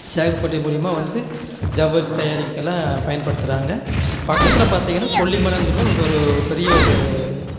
sago factory மூலிமா வந்து ஜவ்வரிசி தயாரிக்கிறதுக்கெல்லாம் பயன்படுத்துகிறாங்க பக்கத்தில் பார்த்தீங்கன்னா கொல்லிமலைங்கிறது ஒரு பெரிய ஒரு